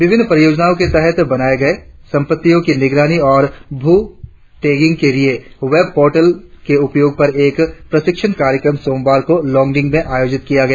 विभिन्न परियोजनाओं के तहत बनाए गए संपत्तियों की निगरानी और भू टैगिंग के लिए वेब पोर्टल के उपयोग पर एक प्रशिक्षण कार्यक्रम सोमवार को लॉन्गडिंग में आयोजित किया गया